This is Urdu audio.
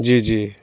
جی جی